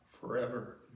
forever